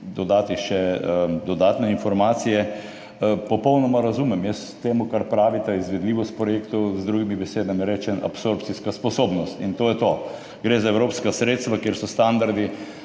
dodati še dodatne informacije. Popolnoma razumem. Jaz temu, čemur pravita izvedljivost projektov, z drugimi besedami rečem absorpcijska sposobnost. In to je to. Gre za evropska sredstva, kjer so standardi